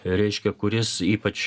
reiškia kuris ypač